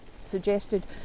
suggested